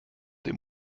dem